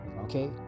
Okay